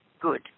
good